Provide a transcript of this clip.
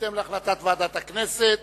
בהתאם להחלטת ועדת הכנסת.